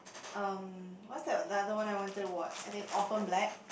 um what's that the other one I wanted to watch I think Orphan Black